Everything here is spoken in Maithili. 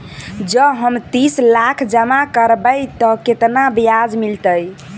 जँ हम तीस लाख जमा करबै तऽ केतना ब्याज मिलतै?